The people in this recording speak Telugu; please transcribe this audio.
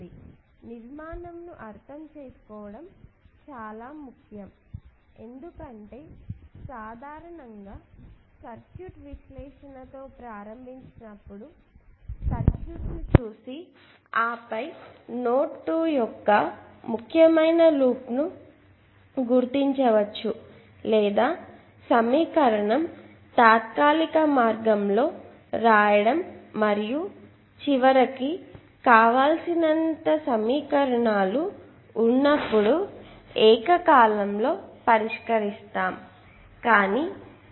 కాబట్టి నిర్మాణం ను అర్థం చేసుకోవడం చాలా ముఖ్యం ఎందుకంటే సాధారణంగా సర్క్యూట్ విశ్లేషణతో ప్రారంభించినప్పుడు సర్క్యూట్ను చూసి ఆపై నోడ్ 2 యొక్క ముఖ్యమైన లూప్కు ను గుర్తించవచ్చు లేదా సమీకరణం తాత్కాలిక మార్గం లో రాయడం మరియు చివరకు కావాల్సినంత సమీకరణాలు ఉన్నప్పుడు ఏకకాలంలో పరిష్కరిస్తాం